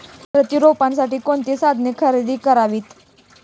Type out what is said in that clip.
प्रत्यारोपणासाठी कोणती साधने खरेदी करावीत?